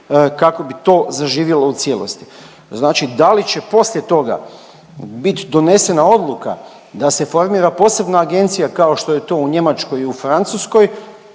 kako bi to zaživjelo u cijelosti. Znači da li će poslije toga bit donesena odluka da se formira posebna agencija, kao što je to u Njemačkoj i u Francuskoj,